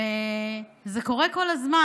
וזה קורה כל הזמן.